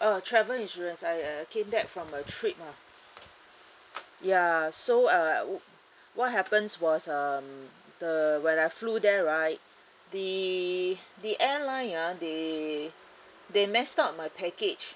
uh travel insurance I uh came back from a trip ah ya so uh what happens was um the when I flew there right the the airline ah they they messed up my package